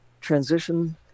transition